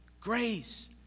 Grace